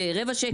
ברבע שקל?